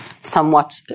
somewhat